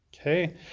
okay